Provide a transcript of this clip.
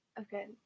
Okay